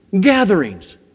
gatherings